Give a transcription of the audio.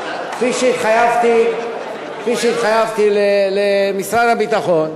כפי שהתחייבתי למשרד הביטחון.